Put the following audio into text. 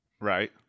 Right